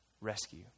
rescue